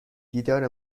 دیدار